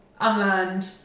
unlearned